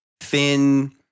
thin